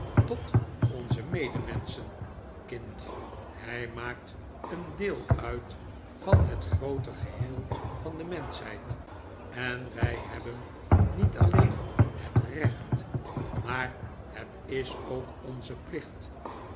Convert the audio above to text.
tot onze medemenschen kind hij maakt een deel uit van het groote geheel van de menschheid en wij hebben niet alleen het recht maar het is ook onze plicht